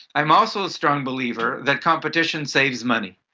i'm also a strong believer that competition saves money.